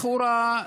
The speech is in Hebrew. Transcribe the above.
לכאורה,